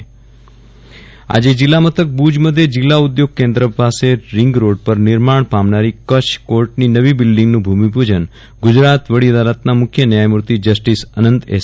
વિરલ રાણા કોર્ટની બિલ્ડીંગનું ભૂમિપુજન આજે જિલ્લા મથક ભુજ મધ્યે જિલ્લા ઉદ્યોગ કેન્દ્ર પાસે રીંગરોડ પર નિર્માણ પામનારી કચ્છ કોર્ટની નવી બિલ્ડીંગનું ભૂમિપૂજન ગુજરાત વડી અદાલતના મુખ્ય ન્યાયમૂર્તિ જસ્ટીસ અનંત એસ